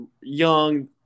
young